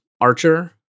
Archer